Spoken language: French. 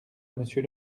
monsieur